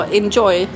enjoy